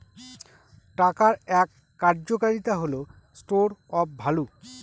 টাকার এক কার্যকারিতা হল স্টোর অফ ভ্যালু